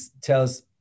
tells